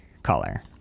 Color